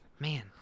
Man